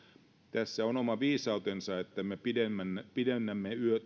tässä on oma viisautensa että me pidennämme